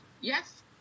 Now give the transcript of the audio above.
yes